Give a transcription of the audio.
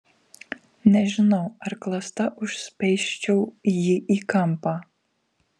nežinau ar klasta užspeisčiau jį į kampą